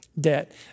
debt